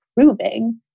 proving